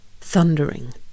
Thundering